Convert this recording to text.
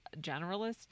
generalist